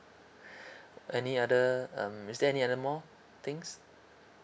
any other um is there any other more things